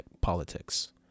politics